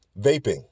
Vaping